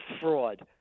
fraud